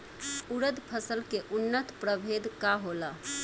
उरद फसल के उन्नत प्रभेद का होला?